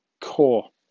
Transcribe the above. Core